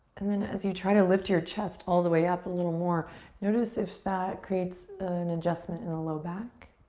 and then as you try to lift your chest all the way up a little more notice if that creates an adjustment in the low back.